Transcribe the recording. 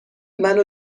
منو